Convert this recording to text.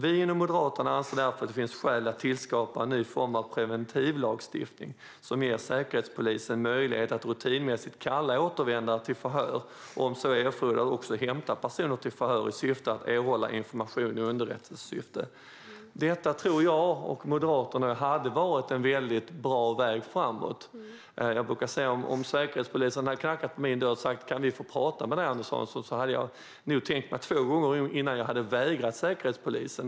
Vi inom Moderaterna anser därför att det finns skäl att tillskapa en ny form av preventivlagstiftning som ger Säkerhetspolisen möjlighet att rutinmässigt kalla återvändande till förhör och om så erfordras också hämta personer till förhör i syfte att erhålla information i underrättelsesyfte. Detta tror jag och Moderaterna hade varit en väldigt bra väg framåt. Jag brukar säga att jag nog hade tänkt mig för både en och två gånger innan jag hade vägrat om Säkerhetspolisen knackade på min dörr och sa: Kan vi få prata med dig, Anders Hansson?